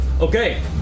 Okay